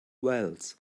veils